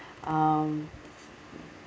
um